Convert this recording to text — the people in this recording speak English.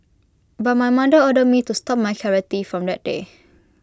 but my mother ordered me to stop my karate from that day